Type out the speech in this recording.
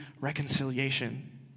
reconciliation